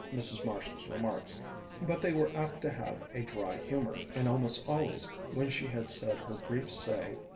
mrs. marshall's remarks but they were apt to have a dry humor, and almost always when she had said her brief say?